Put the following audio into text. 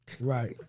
Right